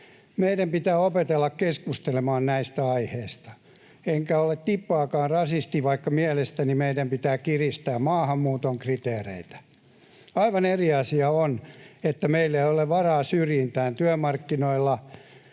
Meidän pitää opetella keskustelemaan näistä aiheista. Enkä ole tippaakaan rasisti, vaikka mielestäni meidän pitää kiristää maahanmuuton kriteereitä. Aivan eri asia on, että meillä ei ole varaa syrjintään työmarkkinoilla.